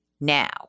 now